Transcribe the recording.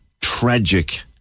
tragic